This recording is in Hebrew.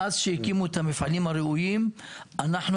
מאז שהקימו את המפעלים הראויים אנחנו